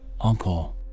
uncle